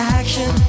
action